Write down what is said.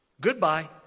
goodbye